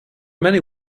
many